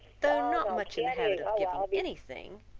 though not much in the habit of giving anything,